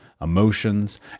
emotions